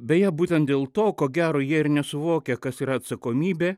beje būtent dėl to ko gero jie ir nesuvokia kas yra atsakomybė